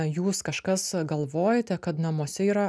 jūs kažkas galvojate kad namuose yra